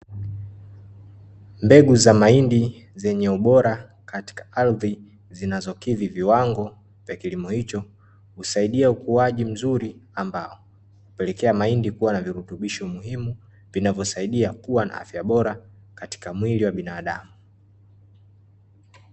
Mbegu za mahindi zenye ubora katika ardhi zinazokidhi viwango vya kilimo hicho, husaidia ukuaji mzuri ambao, hupelekea mahindi kuwa na virutubisho muhimu vinavyosaidia kuwa na afya bora katika mwili wa binadamu.